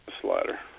slider